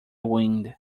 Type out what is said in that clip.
wind